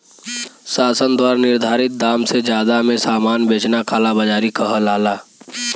शासन द्वारा निर्धारित दाम से जादा में सामान बेचना कालाबाज़ारी कहलाला